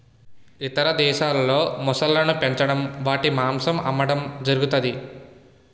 ఇతర దేశాల్లో మొసళ్ళను పెంచడం వాటి మాంసం అమ్మడం జరుగుతది